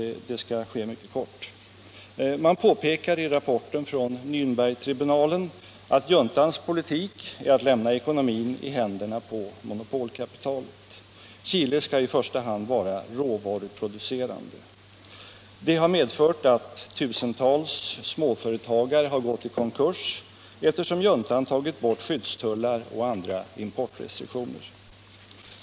Man påpekar i rapporten från Närnbergtribunalen att juntans politik är att lämna ekonomin i händerna på monopolkapitalet. Chile skall i första hand vara råvaruproducerande. Det har medfört att tusentals småföretagare har gått i konkurs, eftersom juntan tagit bort skyddstullar och andra importrestriktioner.